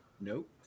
nope